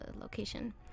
location